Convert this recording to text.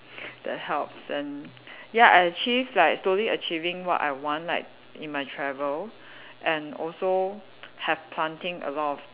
that helps and ya I achieve like slowly achieving what I want like in my travel and also have planting a lot of